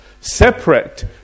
separate